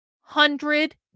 hundred